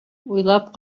уйлап